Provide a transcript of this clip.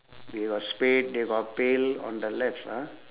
they got spade they got pail on the left ah